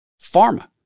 Pharma